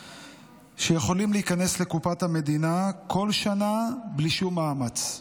שיכולים להיכנס לקופת המדינה כל שנה בלי שום מאמץ?